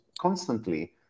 constantly